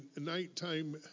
nighttime